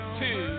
two